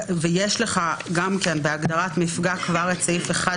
אבל כבר יש בהגדרת מפגע את סעיף 1,